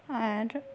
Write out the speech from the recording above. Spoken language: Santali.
ᱟᱨ